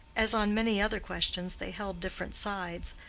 as on many other questions, they held different sides,